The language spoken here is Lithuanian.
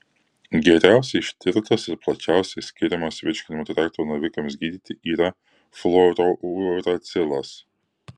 geriausiai ištirtas ir plačiausiai skiriamas virškinimo trakto navikams gydyti yra fluorouracilas